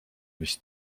mis